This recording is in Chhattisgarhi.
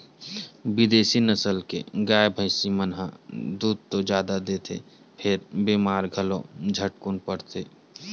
बिदेसी नसल के गाय, भइसी मन ह दूद तो जादा देथे फेर बेमार घलो झटकुन परथे